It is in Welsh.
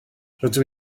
rydw